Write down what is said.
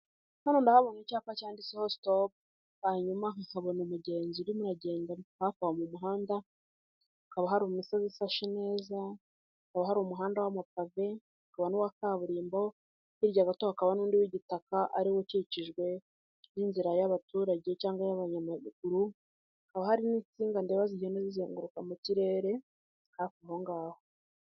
Jano ndahabona icyapa cyanditse ho sitopu hanyuma nkabona umugenzi urimo uragenda hafi aha mu muhanda hakaba hari umusozi usashe neza hakaba hari umuhanda w'amapave hakaba n'uwa kaburimbo hirya gato hakaba n'undi w'igitaka ariwo ukikijwe n'inzira y'abaturage cyangwa y'abanyamaguru hakaba hari n'insinga ndeba zigenda zizenguruka mu kirere hafi ahongaho.